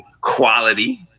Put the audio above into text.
quality